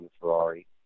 Ferrari